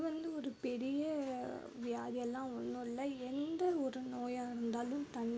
இது வந்து ஒரு பெரிய வியாதியெல்லாம் ஒன்றும் இல்லை எந்த ஒரு நோயாக இருந்தாலும் தண்ணீர்